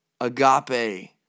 agape